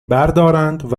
بردارند